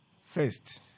First